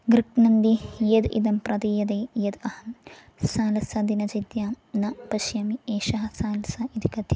गृह्णन्ति यत् इदं प्रदीयते यत् अहं सालसा दिनचिर्यायां न पश्यामि एषः सालसा इति कथ्यते